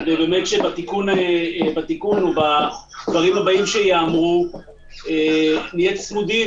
כדי שבתיקון או בדברים הבאים שייאמרו נהיה צמודים